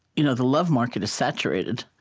you know the love market is saturated,